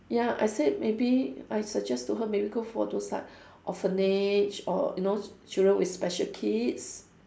ya I said maybe I suggest to her maybe go for those like orphanage or you know children with special needs